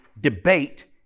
debate